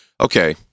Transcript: okay